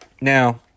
Now